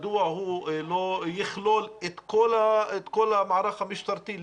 מדוע הוא לא יכלול את כל המערך המשטרתי,